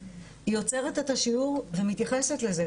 היא עוצרת את השיעור ומתייחסת לזה.